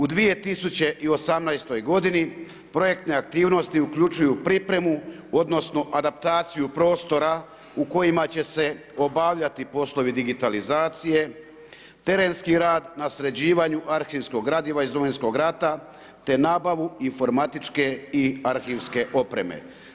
U 2018. godini projektne aktivnosti uključuju pripremu odnosno adaptaciju prostora u kojima će se obavljati poslovi digitalizacije, terenski rad na sređivanju arhivskog gradiva iz Domovinskog rata te nabavu informatičke i arhivske opreme.